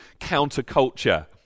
counterculture